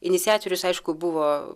iniciatorius aišku buvo